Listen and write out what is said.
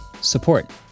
support